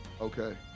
Okay